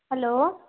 hello